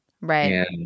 Right